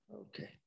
Okay